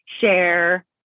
share